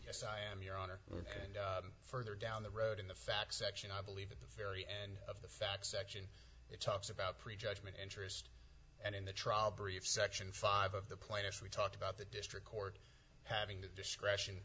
yes i am your honor and further down the road in the facts section i believe at the very end of the facts section it talks about prejudgment interest and in the trial brief section five of the plaintiffs we talked about the district court having the discretion